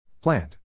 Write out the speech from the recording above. Plant